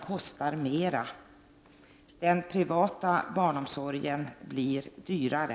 Den privata barnomsorgen blir dyrare.